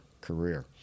career